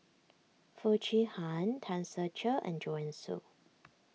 Foo Chee Han Tan Ser Cher and Joanne Soo